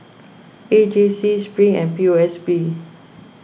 A J C Spring and P O S B